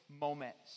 moments